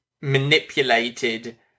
manipulated